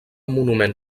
monument